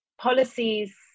policies